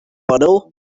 puddle